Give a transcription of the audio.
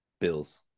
bills